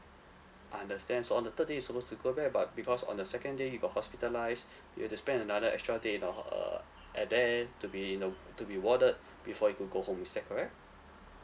understand so on the third day you're supposed to go back but because on the second day you got hospitalised you had to spend another extra day in the h~ err at there to be you know to be warded before you could go home is that correct